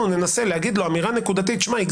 ננסה להגיד לו אמירה נקודתית כמו שמע,